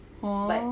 oh